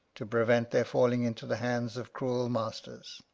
to prevent their falling into the hands of cruel masters.